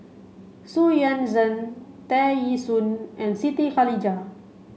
Xu Yuan Zhen Tear Ee Soon and Siti Khalijah